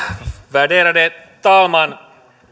värderade talman